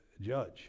judge